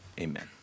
amen